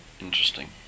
Interesting